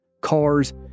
cars